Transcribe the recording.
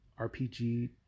RPG